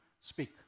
speak